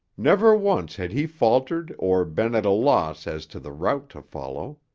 never once had he faltered or been at a loss as to the route to follow.